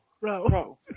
row